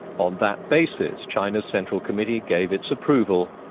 on that basis, china's central committee gave its approval.